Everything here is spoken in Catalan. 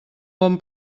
bon